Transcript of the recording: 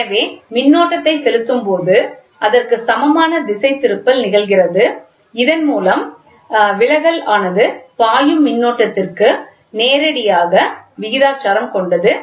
எனவே மின்னோட்டத்தை செலுத்தும்போது அதற்கு சமமான திசைதிருப்பல் நிகழ்கிறது இதன் மூலம் விலகல் ஆனது பாயும் மின்னோட்டத்திற்கு நேரடியாக விகிதாசாரம் கொண்டது